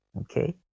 okay